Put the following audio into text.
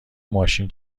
ماشین